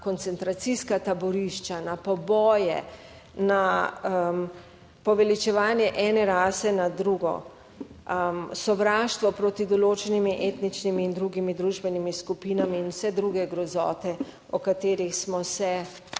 koncentracijska taborišča, na poboje, na poveličevanje ene rase nad drugo, sovraštvo proti določenimi etničnimi in drugimi družbenimi skupinami in vse druge grozote, o katerih smo se,